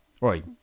Right